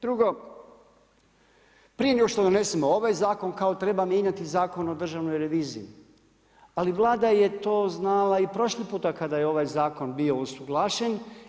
Drugo, prije nego što donesemo ovaj zakon kao treba mijenjati Zakon o državnoj reviziji, ali Vlada je to znala i prošli puta kada je ovaj zakon bio usuglašen.